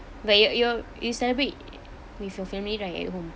but you you you celebrate with your family right at home